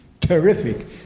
terrific